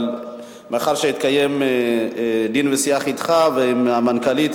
אבל מאחר שהתקיים שיח אתך ועם המנכ"לית,